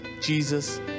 Jesus